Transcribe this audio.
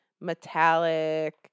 metallic